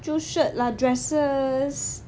就 shirt lah dresses